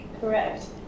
Correct